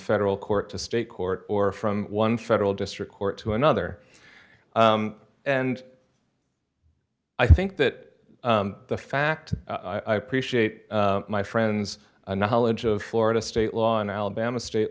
federal court to state court or from one federal district court to another and i think that the fact i appreciate my friends a knowledge of florida state law in alabama state